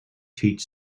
teach